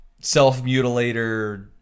self-mutilator